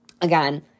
again